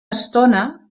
estona